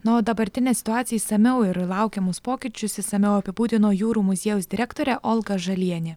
na o dabartinę situaciją išsamiau ir laukiamus pokyčius išsamiau apibūdino jūrų muziejaus direktorė olga žalienė